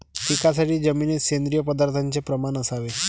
पिकासाठी जमिनीत सेंद्रिय पदार्थाचे प्रमाण असावे